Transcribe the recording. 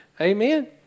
amen